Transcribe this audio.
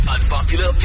Unpopular